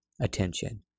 attention